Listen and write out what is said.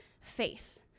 faith